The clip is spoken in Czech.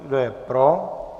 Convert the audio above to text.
Kdo je pro?